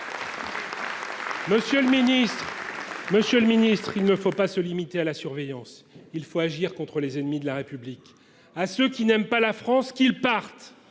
Monsieur le ministre, il ne faut pas se limiter à la surveillance. Il faut agir contre les ennemis de la République. À ceux qui n’aiment pas la France, je le dis :